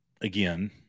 again